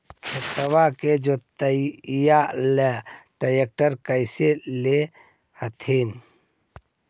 खेतबा के जोतयबा ले ट्रैक्टरबा कैसे ले हखिन?